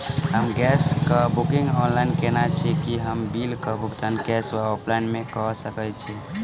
हम गैस कऽ booking online केने छी, की हम बिल कऽ भुगतान कैश वा ऑफलाइन मे कऽ सकय छी?